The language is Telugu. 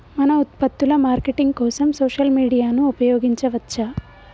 మన ఉత్పత్తుల మార్కెటింగ్ కోసం సోషల్ మీడియాను ఉపయోగించవచ్చా?